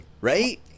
right